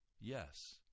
Yes